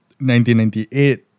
1998